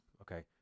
okay